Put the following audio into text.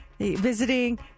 visiting